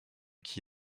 qui